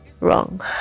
wrong